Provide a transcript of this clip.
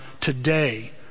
today